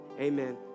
amen